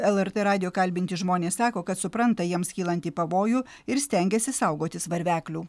lrt radijo kalbinti žmonės sako kad supranta jiems kylantį pavojų ir stengiasi saugotis varveklių